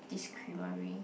this creamery